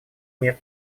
мир